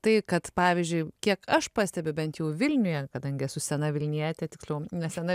tai kad pavyzdžiui kiek aš pastebiu bent jau vilniuje kadangi esu sena vilnietė tiksliau nesena